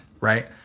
right